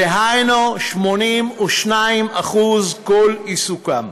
דהיינו, 82% כל עיסוקם.